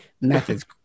methods